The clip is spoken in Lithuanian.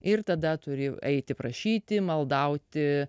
ir tada turi eiti prašyti maldauti